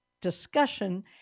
discussion